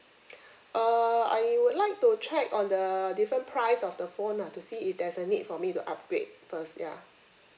uh I would like to check on the different price of the phone nah to see if there's a need for me to upgrade first ya